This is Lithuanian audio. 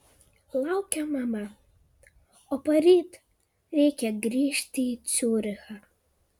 laukia mama o poryt reikia grįžti į ciurichą